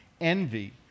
envy